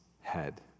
head